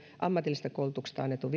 ammatillisesta koulutuksesta annetun